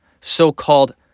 so-called